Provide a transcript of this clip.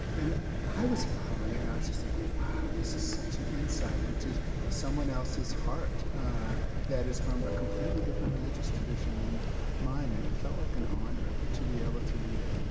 and i was following it and i was just like, wow, this is such an insight into someone else's heart that is from a completely different religious tradition than mine, and it felt like an honor to be able to read it